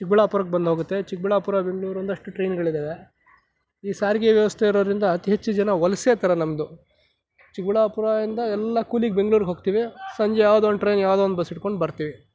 ಚಿಕ್ಕಬಳ್ಳಾಪುರಕ್ಕೆ ಬಂದು ಹೋಗುತ್ತೆ ಚಿಕ್ಕಬಳ್ಳಾಪುರ ಬೆಂಗಳೂರು ಒಂದಷ್ಟು ಟ್ರೈನ್ಗಳಿದ್ದಾವೆ ಈ ಸಾರಿಗೆ ವ್ಯವಸ್ಥೆ ಇರೋದ್ರಿಂದ ಅತಿ ಹೆಚ್ಚು ಜನ ವಲಸೇತರ ನಮ್ಮುದು ಚಿಕ್ಕಬಳ್ಳಾಪುರದಿಂದ ಎಲ್ಲ ಕೂಲಿಗೆ ಬೆಂಗಳೂರಗೆ ಹೋಗ್ತೀವಿ ಸಂಜೆ ಯಾವುದೋ ಒಂದು ಟ್ರೈನ್ ಯಾವುದೋ ಒಂದು ಬಸ್ ಹಿಡ್ಕೊಂಡು ಬರ್ತೀವಿ